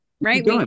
right